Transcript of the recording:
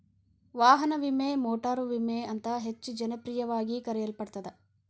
ವಾಹನ ವಿಮೆ ಮೋಟಾರು ವಿಮೆ ಅಂತ ಹೆಚ್ಚ ಜನಪ್ರಿಯವಾಗಿ ಕರೆಯಲ್ಪಡತ್ತ